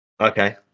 Okay